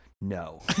no